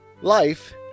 Life